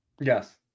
Yes